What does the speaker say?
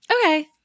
Okay